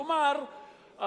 כלומר,